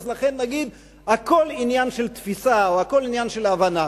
שהכול עניין של תפיסה או שהכול עניין של הבנה,